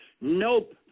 Nope